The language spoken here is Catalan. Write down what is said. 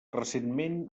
recentment